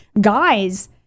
guys